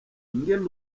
ingene